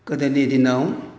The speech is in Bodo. गोदोनि दिनाव